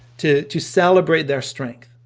to to celebrate their strengths,